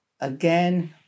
again